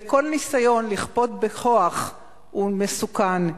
וכל ניסיון לכפות בכוח הוא מסוכן.